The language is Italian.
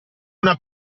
una